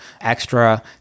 extra